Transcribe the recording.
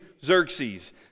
Xerxes